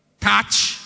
Touch